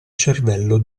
cervello